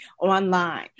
online